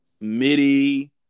midi